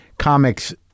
comics